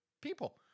people